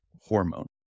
hormone